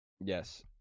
Yes